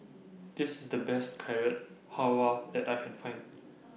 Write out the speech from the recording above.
This IS The Best Carrot Halwa that I Can Find